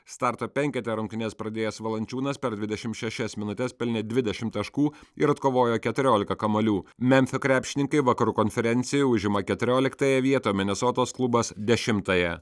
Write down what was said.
starto penkete rungtynes pradėjęs valančiūnas per dvidešimt šešias minutes pelnė dvidešimt taškų ir atkovojo keturiolika kamuolių memfio krepšininkai vakarų konferencijoj užima keturioliktąją vietą o minesotos klubas dešimtąją